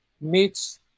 meets